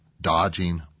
dodging